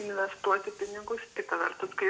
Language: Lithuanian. investuoti pinigus kita vertus kai